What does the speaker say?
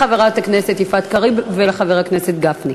לחברת הכנסת יפעת קריב ולחבר הכנסת גפני.